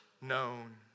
known